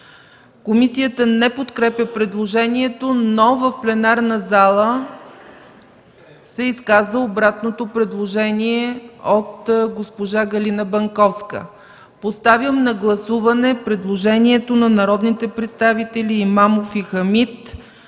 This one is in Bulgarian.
Комисията не подкрепя предложението, но в пленарната зала се изказа обратното предложение от госпожа Галина Банковска. Поставям на гласуване предложението на народните представители Имамов и Хамид